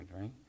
right